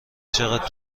چقدر